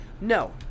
No